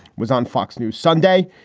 was on fox news sunday.